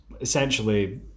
essentially